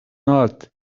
not